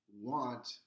want